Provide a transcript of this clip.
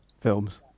films